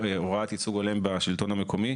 החברה הדרוזית יש הוראת ייצוג הולם בשלטון המקומי,